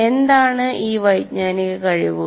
എന്താണ് ഈ വൈജ്ഞാനിക കഴിവുകൾ